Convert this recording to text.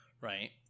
right